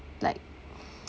like